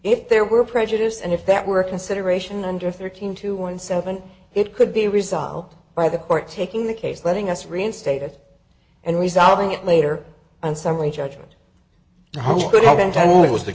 if there were prejudice and if that were a consideration under thirteen to one seven it could be resolved by the court taking the case letting us reinstate it and resolving it later on summary judgment whole could have been done was the